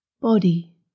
body